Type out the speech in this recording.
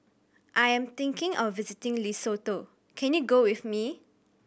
I am thinking of visiting Lesotho can you go with me